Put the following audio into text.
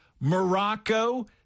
Morocco